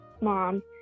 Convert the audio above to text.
mom